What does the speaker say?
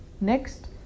next